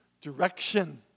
direction